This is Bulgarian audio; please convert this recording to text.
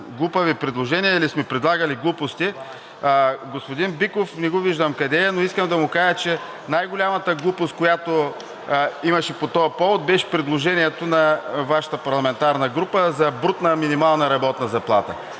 глупави предложения или сме предлагали глупости. Искам да кажа на господин Биков – не го виждам къде е, но искам да му кажа, че най-голямата глупост, която имаше по този повод, беше предложението на Вашата парламентарна група за брутна минимална работна заплата.